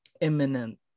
imminent